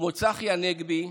כמו צחי הנגבי,